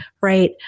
Right